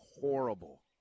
horrible